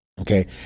Okay